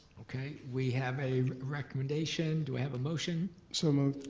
okay, we have a recommendation. do i have a motion? so moved.